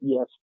Yes